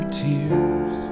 tears